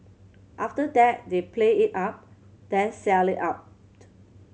after that they play it up then sell it out